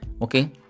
okay